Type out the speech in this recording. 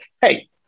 hey